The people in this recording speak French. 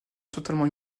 totalement